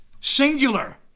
singular